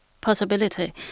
possibility